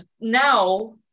Now